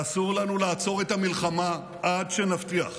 אסור לנו לעצור את המלחמה עד שנבטיח